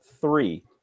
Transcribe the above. three